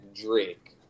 Drake